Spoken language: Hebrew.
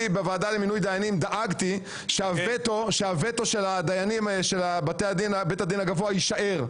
אני בוועדה למינוי דיינים דאגתי שהווטו של בית הדין הגבוה יישאר,